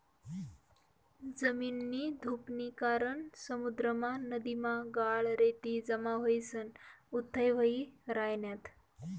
जमीननी धुपनी कारण समुद्रमा, नदीमा गाळ, रेती जमा व्हयीसन उथ्थय व्हयी रायन्यात